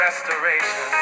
Restoration